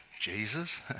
Jesus